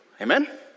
Amen